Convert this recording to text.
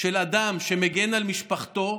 לאדם שמגן על משפחתו,